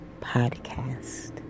podcast